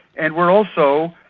and we're also,